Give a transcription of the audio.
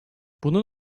bunun